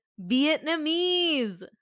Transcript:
Vietnamese